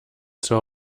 zur